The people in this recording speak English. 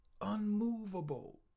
unmovable